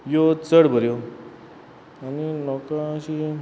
यो चड बऱ्यो आनी म्हाका अशी